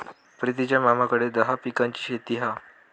प्रितीच्या मामाकडे दहा पिकांची शेती हा